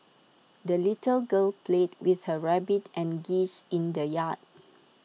the little girl played with her rabbit and geese in the yard